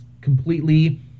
completely